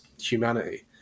humanity